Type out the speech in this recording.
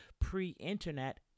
pre-internet